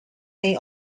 may